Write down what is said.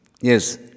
Yes